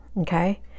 Okay